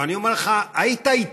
ואני אומר לך, היית איתי,